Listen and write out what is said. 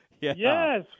Yes